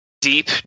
deep